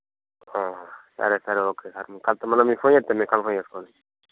సరే సరే okay sir కాకపోతే కొంచెం ఎక్కువ చెప్తాలే కన్ఫామ్ చేసుకోండి